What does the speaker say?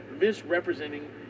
misrepresenting